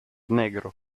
negro